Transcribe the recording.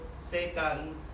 Satan